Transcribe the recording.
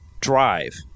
drive